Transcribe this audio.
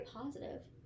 positive